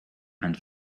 and